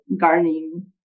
gardening